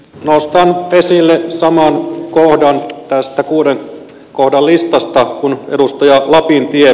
nostan esille saman kohdan tästä kuuden kohdan listasta kuin edustaja lapintie